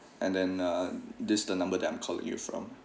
and then uh this the number that I'm calling you from